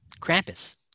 krampus